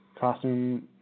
Costume